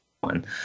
one